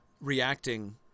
reacting